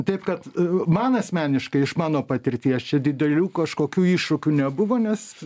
taip kad man asmeniškai iš mano patirties čia didelių kažkokių iššūkių nebuvo nes